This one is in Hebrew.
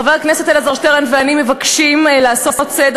חבר הכנסת אלעזר שטרן ואני מבקשים לעשות סדר